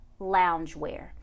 loungewear